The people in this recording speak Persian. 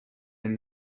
این